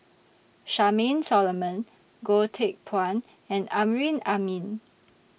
Charmaine Solomon Goh Teck Phuan and Amrin Amin